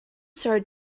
started